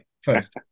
first